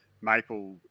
maple